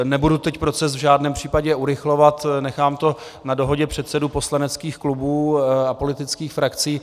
Nebudu teď proces v žádném případě urychlovat, nechám to na dohodě předsedů poslaneckých klubů a politických frakcí.